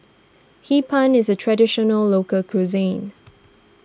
Hee Pan is a Traditional Local Cuisine